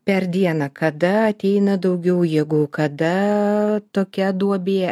per dieną kada ateina daugiau jėgų kada tokia duobė